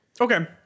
Okay